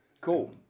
Cool